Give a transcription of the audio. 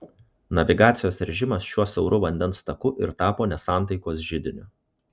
navigacijos režimas šiuo siauru vandens taku ir tapo nesantaikos židiniu